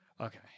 Okay